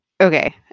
Okay